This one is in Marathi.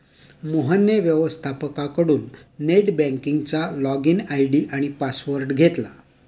मोहनने व्यवस्थपकाकडून नेट बँकिंगचा लॉगइन आय.डी आणि पासवर्ड घेतला